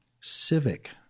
civic